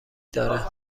داره